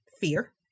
Fear